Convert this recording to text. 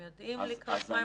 הם יודעים לקראת מה הם הולכים?